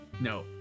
No